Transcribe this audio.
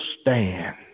stand